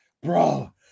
bro